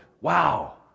wow